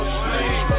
sleep